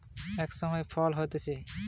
যে গাছ বা উদ্ভিদ গুলা বছরের কোন এক সময় ফল হতিছে